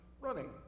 running